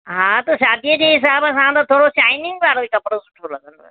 हा त शादीअ जे हिसाब सां थोरो शाइनिंग वारो ई कपिड़ो सुठो लॻंदव